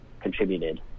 contributed